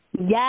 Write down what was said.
Yes